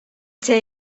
see